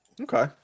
Okay